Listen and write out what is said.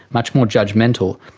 much more judgemental.